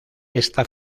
esta